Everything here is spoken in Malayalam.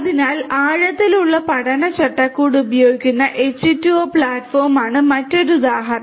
അതിനാൽ ആഴത്തിലുള്ള പഠന ചട്ടക്കൂട് ഉപയോഗിക്കുന്ന H2O പ്ലാറ്റ്ഫോമാണ് മറ്റൊരു ഉദാഹരണം